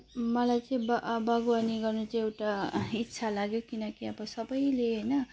मलाई चाहिँ बा बागवानी गर्नु चाहिँ एउटा इच्छा लाग्यो किनकि अब सबले होइन